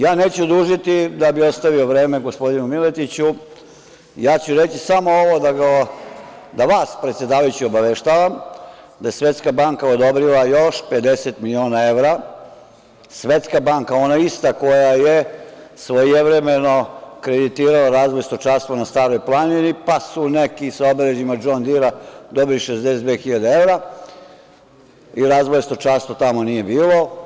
Ja neću dužiti, da bi ostavio vreme gospodinu Miletiću, reći ću samo ovo, da vas predsedavajući obaveštavam, da je Svetska banka odobrila još 50.000.000 evra, Svetska banka, ona ista koja je svojevremeno kreditirala razvoj stočarstva na Staroj planini, pa su neki sa obeležjima Džon Dira dobili 62.000 evra i razvoja stočarstva tamo nije bilo.